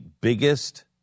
biggest